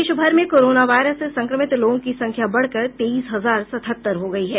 देश भर में कोरोना वायरस से संक्रमित लोगों की संख्या बढ़कर तेईस हजार सतहत्तर हो गयी है